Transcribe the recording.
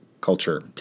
culture